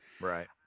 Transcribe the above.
Right